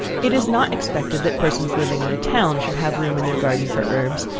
it is not expected that persons living in a town should have room in their garden for herbs,